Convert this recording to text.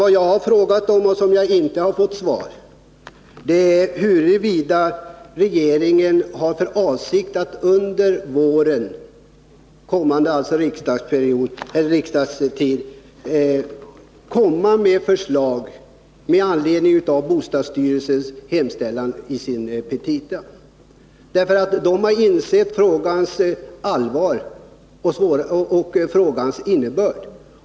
Vad jag frågat om och inte fått svar på är huruvida regeringen har för avsikt att under våren komma med förslag med anledning av bostadsstyrelsens hemställan i dess petita. Styrelsen har insett frågans allvar och innebörd.